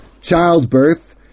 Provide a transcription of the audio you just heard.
childbirth